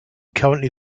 currently